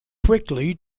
quickly